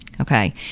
okay